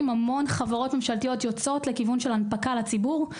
המון חברות ממשלתיות שיוצאות לכיוון של הנפקה לציבור,